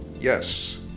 Yes